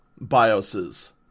BIOSes